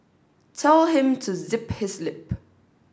tell him to zip his lip